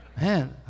Man